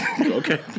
Okay